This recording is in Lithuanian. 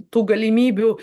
tų galimybių